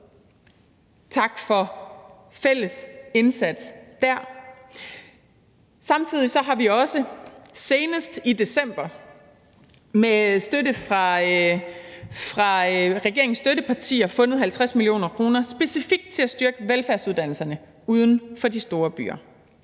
tak for en fælles indsats dér. Samtidig har vi også senest i december måned med støtte fra regeringens støttepartier fundet 50 mio. kr. til specifikt at styrke velfærdsuddannelserne uden for de store byer.